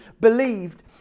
believed